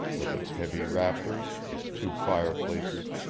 with its heavy rafters, its two fireplaces,